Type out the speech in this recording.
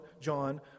John